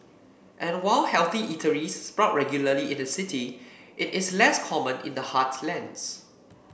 and while healthy eateries sprout regularly in the city it is less common in the heartlands